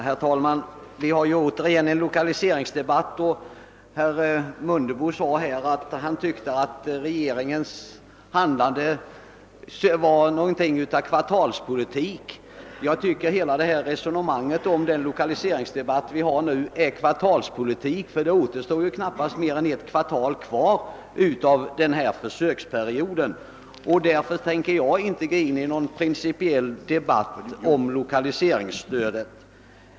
Herr talman! Vi har nu åter fått en lokaliseringsdebatt, och herr Mundebo har förklarat att han tyckte att regeringens handlande härvidlag var någonting av kvartalspolitik. Jag tycker att hela resonemanget om lokaliseringsfrågorna nu är kvartalspolitik, eftersom det ju knappast återstår mer än ett kvartal av denna försöksperiod. Därför tänker jag inte heller ingå på någon principiell debatt om lokaliseringsstödet.